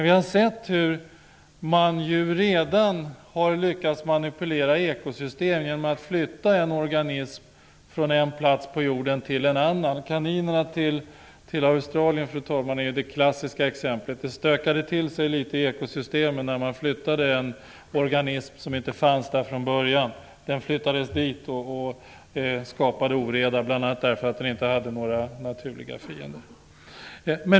Vi har sett hur man redan har lyckats manipulera ekosystem genom att flytta en organism från en plats på jorden till en annan. Flyttningen av kaninerna till Australien, fru talman, är ju det klassiska exemplet. Det stökade till sig litet i ekosystemet när man flyttade dit en organism som inte fanns där från början. Den flyttades dit och skapade oreda, bl.a. därför att den inte hade några naturliga fiender.